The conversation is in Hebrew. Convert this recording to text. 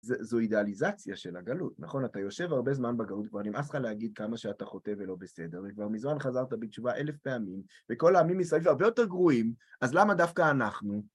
זו אידאליזציה של הגלות, נכון? אתה יושב הרבה זמן בגלות כבר נמאס לך להגיד כמה שאתה חוטא ולא בסדר, וכבר מזמן חזרת בתשובה אלף פעמים, וכל העמים ישראל הרבה יותר גרועים, אז למה דווקא אנחנו?